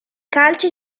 calci